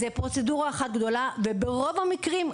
זו פרוצדורה אחת גדולה וברוב המקרים,